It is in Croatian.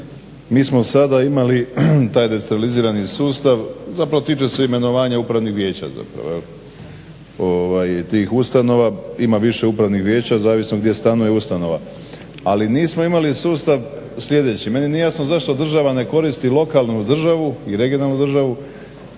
mi smo sada imali taj decentralizirani sustav zapravo tiče se imenovanja upravnih vijeća tih ustanova. Ima više upravnih vijeća, zavisno gdje stanuje ustanova. Ali nismo imali sustav sljedeći, meni nije jasno zašto država ne koristi lokalnu i regionalnu državu